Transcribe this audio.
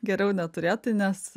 geriau neturėti nes